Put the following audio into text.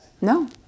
No